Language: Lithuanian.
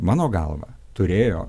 mano galva turėjo